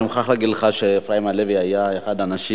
אני מוכרח להגיד לך שאפרים הלוי היה אחד האנשים